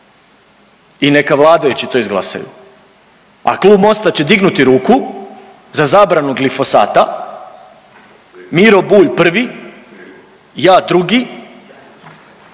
i neka vladajući to izglasaju, a Klub MOST-a će dignuti ruku za zabranu glifosata. Miro Bulj prvi, ja drugi,